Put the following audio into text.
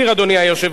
אדוני היושב-ראש,